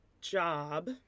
job